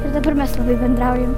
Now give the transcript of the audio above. ir dabar mes bendraujam